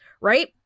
Right